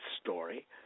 story